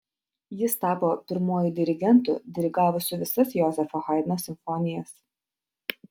jis tapo pirmuoju dirigentu dirigavusiu visas jozefo haidno simfonijas